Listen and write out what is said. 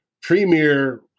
premier